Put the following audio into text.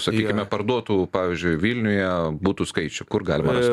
sakykime parduotų pavyzdžiui vilniuje butų skaičių kur galima rast